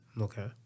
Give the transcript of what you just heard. Okay